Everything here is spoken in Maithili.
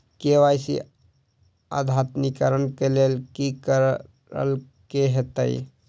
के.वाई.सी अद्यतनीकरण कऽ लेल की करऽ कऽ हेतइ?